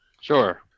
Sure